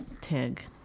Tig